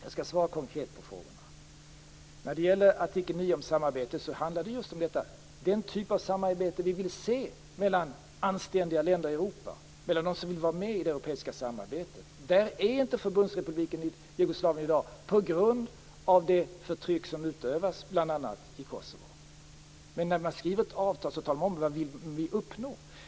Jag skall svara konkret på frågorna. När det gäller artikel 9 om samarbete handlar den just om den typ av samarbete vi vill se mellan anständiga länder i Europa, mellan dem som vill vara med i det europeiska samarbetet. Det är inte Förbundsrepubliken Jugoslavien i dag på grund av det förtryck som utövas bl.a. i Kosovo. När man skriver ett avtal talar man om vad man vill uppnå.